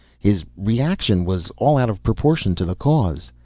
his reaction was all out of proportion to the cause.